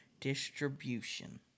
distribution